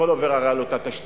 הכול עובר הרי על אותה תשתית,